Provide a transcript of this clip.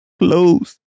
close